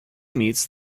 meets